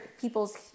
people's